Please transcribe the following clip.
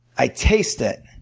i taste it.